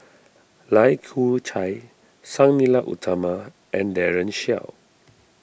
Lai Kew Chai Sang Nila Utama and Daren Shiau